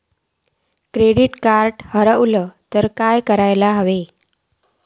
Credit card हरवला तर काय करुक होया?